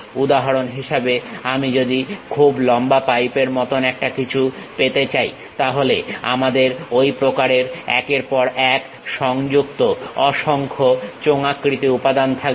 উদাহরণ হিসেবে আমি যদি খুব লম্বা পাইপের মতন একটা কিছু পেতে চাই তাহলে আমাদের ঐ প্রকারের একের পর এক সংযুক্ত অসংখ্য চোঙাকৃতি উপাদান থাকবে